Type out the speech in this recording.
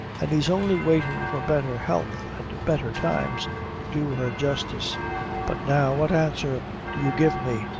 an' he's only waitin' for better health and better times to do her justice but now what answer do you give me?